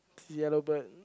yellow bird